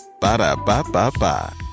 Ba-da-ba-ba-ba